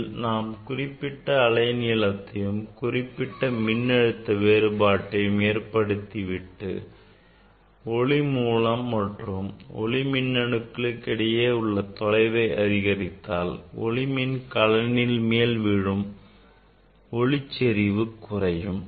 இதில் நாம் குறிப்பிட்ட அலை நீளத்தையும் குறிப்பிட்ட மின்னழுத்த வேறுபாட்டையும் ஏற்படுத்திவிட்டு ஒளி மூலம் மற்றும் ஒளி மின்கலனுக்கு இடையே உள்ள தொலைவை அதிகரித்தால் ஒளிமின் கலனின் மேல் விழும் ஒளியின் செறிவு குறையும்